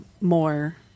more